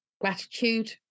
gratitude